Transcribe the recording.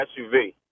SUV